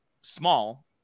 small